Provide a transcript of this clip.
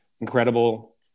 Incredible